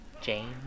James